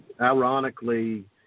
Ironically